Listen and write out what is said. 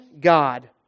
God